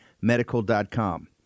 Medical.com